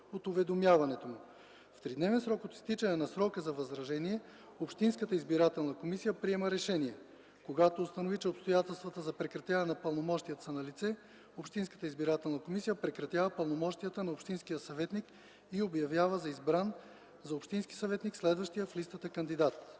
от уведомяването му. В тридневен срок от изтичане на срока за възражение общинската избирателна комисия приема решение. Когато установи, че обстоятелствата за прекратяване на пълномощията са налице, общинската избирателна комисия прекратява пълномощията на общинския съветник и обявява за избран за общински съветник следващия в листата кандидат.”